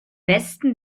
westen